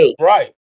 right